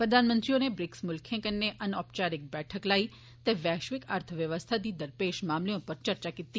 प्रधानमंत्री होरें ब्रिक्स मुल्खें कन्नै अन औपचारिक बैठक लाई ते वैष्विक अर्थ बवस्था गी दरपेष मामलें उप्पर चर्चा कीती